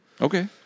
Okay